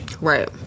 right